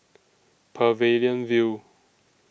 Pavilion View